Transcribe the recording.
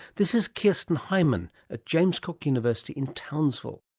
this is kirsten heimann at james cook university in townsville.